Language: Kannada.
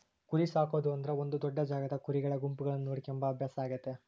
ಕುರಿಸಾಕೊದು ಅಂದ್ರ ಒಂದು ದೊಡ್ಡ ಜಾಗದಾಗ ಕುರಿಗಳ ಗುಂಪುಗಳನ್ನ ನೋಡಿಕೊಂಬ ಅಭ್ಯಾಸ ಆಗೆತೆ